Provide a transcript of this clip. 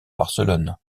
barcelone